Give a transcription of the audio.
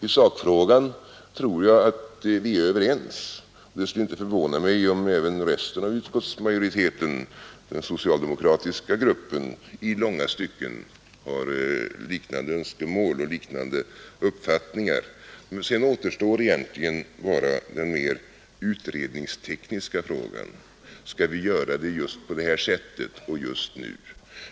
I sakfrågan tror jag att vi är överens, och det skulle inte förvåna mig om även resten av utskottsmajoriteten — den socialdemokratiska gruppen — i långa stycken har liknande önskemål och liknande uppfattningar. Sedan återstår egentligen bara den mer utredningstekniska frågan: Skall vi göra det just på det här sättet och just nu?